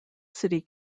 city